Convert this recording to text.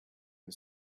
and